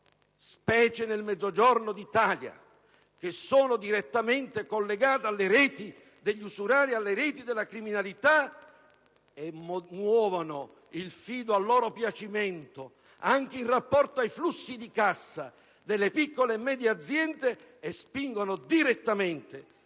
specie nel Mezzogiorno d'Italia, che sono direttamente collegati alle reti degli usurai e della criminalità e muovono il fido a loro piacimento, anche in rapporto ai flussi di cassa delle piccole e medie aziende, e spingono direttamente